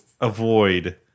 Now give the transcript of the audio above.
avoid